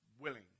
willing